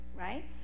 right